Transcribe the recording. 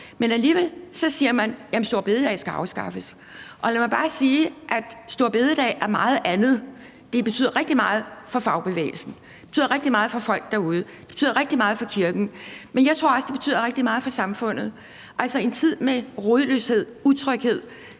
Men alligevel siger man, at store bededag skal afskaffes. Lad mig bare sige, at store bededag er meget andet. Den betyder rigtig meget for fagbevægelsen, den betyder rigtig meget for folk derude, og den betyder rigtig meget for kirken, men jeg tror også, den betyder rigtig meget for samfundet. I en tid med rodløshed og utryghed